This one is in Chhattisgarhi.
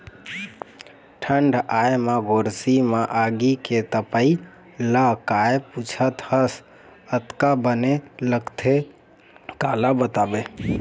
ठंड आय म गोरसी म आगी के तपई ल काय पुछत हस अतका बने लगथे काला बताबे